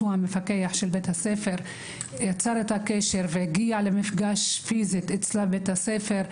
שהוא המפקח של בית הספר יצר איתה קשר והגיע למפגש פיזי אצלה בבית הספר,